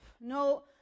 no